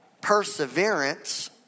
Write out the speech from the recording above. perseverance